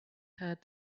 heard